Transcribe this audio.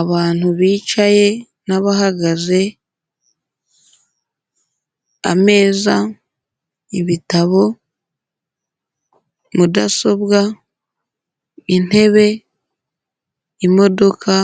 Abantu bicaye n'abahagaze, ameza, ibitabo, mudasobwa, intebe, imodoka,